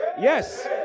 Yes